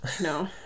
no